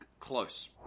Close